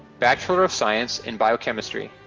bachelor of science in biochemistry.